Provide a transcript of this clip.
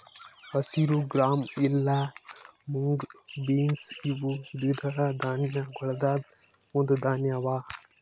ಹಸಿರು ಗ್ರಾಂ ಇಲಾ mung beans ಇವು ದ್ವಿದಳ ಧಾನ್ಯಗೊಳ್ದಾಂದ್ ಒಂದು ಧಾನ್ಯ ಅವಾ